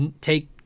take